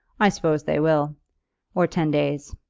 i suppose they will or ten days.